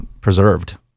preserved